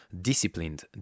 disciplined